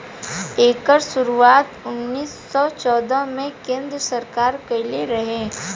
एकर शुरुआत उन्नीस सौ चौदह मे केन्द्र सरकार कइले रहे